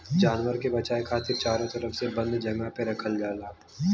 जानवर से बचाये खातिर चारो तरफ से बंद जगह पे रखल जाला